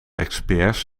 experts